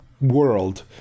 world